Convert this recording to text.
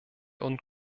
und